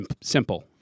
simple